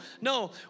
No